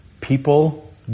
people